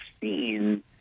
seen